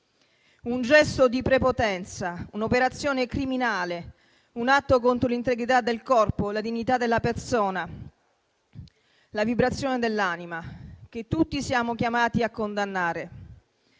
un gesto di prepotenza, un'operazione criminale e un atto contro l'integrità del corpo, la dignità della persona e la vibrazione dell'anima, che tutti siamo chiamati a condannare,